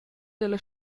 dalla